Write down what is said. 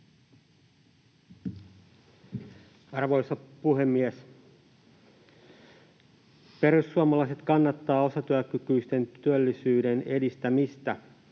Arvoisa puhemies! Perussuomalaiset kannattavat osatyökykyisten työllisyyden edistämistä.